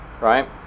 right